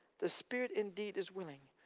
the spirit indeed is willing,